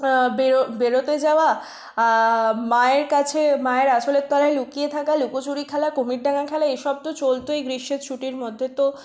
বেরো বেরোতে যাওয়া মায়ের কাছে মায়ের আঁচলের তলায় লুকিয়ে থাকা লুকোচুরি খেলা কুমিরডাঙ্গা খেলা এসব তো চলতোই গ্রীষ্মের ছুটির মধ্যে তো